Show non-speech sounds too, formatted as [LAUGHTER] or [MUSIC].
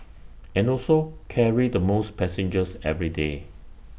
[NOISE] and also carry the most passengers every day